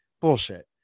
Bullshit